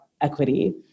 equity